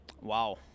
Wow